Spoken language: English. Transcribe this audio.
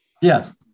yes